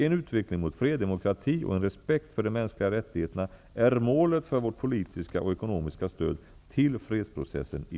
En utveckling mot fred, demokrati och en respekt för de mänskliga rättigheterna är målet för vårt politiska och ekonomiska stöd till fredsprocessen i